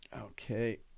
Okay